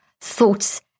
thoughts